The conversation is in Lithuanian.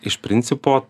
iš principo